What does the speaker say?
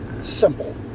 simple